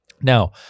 Now